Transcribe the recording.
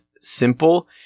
simple